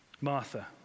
Martha